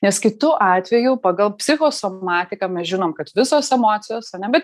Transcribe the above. nes kitu atveju pagal psichosomatiką mes žinom kad visos emocijos ane bet